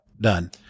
done